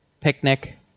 picnic